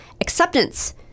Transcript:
Acceptance